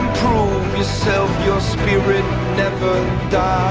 prove yourself your spirit never